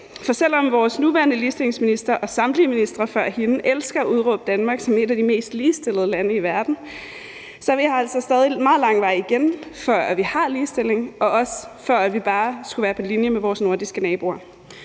For selv om vores nuværende ligestillingsminister og samtlige ministre før hende elsker at udråbe Danmark som et af de mest ligestillede lande i verden, har vi altså stadig meget lang vej igen, før vi har ligestilling, og også før vi bare skulle være på linje med vore nordiske naboer.